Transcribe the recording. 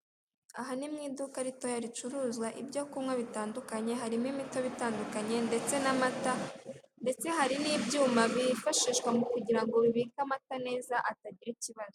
Aha ni mu iduka ritoya ricuruzwa ibyo kunywa bitandukanye, harimo imitobe itandukanye, ndetse n'amata, ndetse hari n'ibyuma bifashishwa mu kugira ngo bibike amata neza, atagira ikibazo.